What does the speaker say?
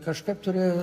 kažkaip turi